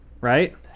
right